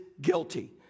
guilty